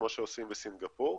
כמו שעושים בסינגפור,